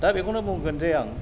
दा बेखौनो बुंगोन जे आं